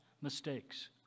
mistakes